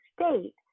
state